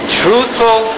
truthful